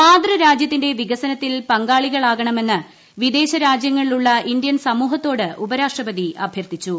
മാതൃ രാജ്യത്തിന്റെ വികസനത്തിൽ പങ്കാളികളാകണമെന്ന് വിദേശ രാജ്യങ്ങളിലുള്ള ഇന്ത്യൻ സമൂഹത്തോട് ഉപരാഷ്ട്രപതി അഭ്യർത്ഥിച്ചു